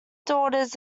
daughters